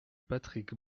patrick